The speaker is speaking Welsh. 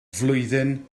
flwyddyn